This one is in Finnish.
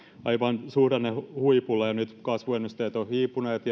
aivan suhdannehuipulla ja nyt kasvuennusteet ovat hiipuneet